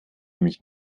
mich